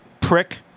Prick